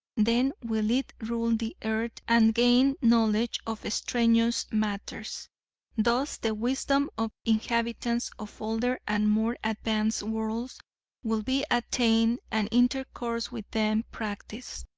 then will it rule the earth and gain knowledge of extraneous matters thus the wisdom of inhabitants of older and more advanced worlds will be attained and intercourse with them practiced,